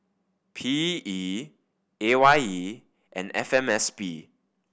P E A Y E and F M S P